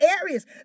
areas